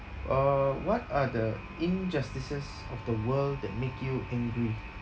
uh what are the injustices of the world that make you angry